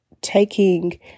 taking